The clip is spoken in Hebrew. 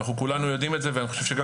אנחנו כולנו יודעים את זה ואני חושב שגם